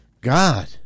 God